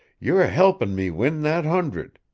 you're a-helpin' me win that hundred.